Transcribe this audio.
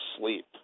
sleep